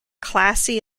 classy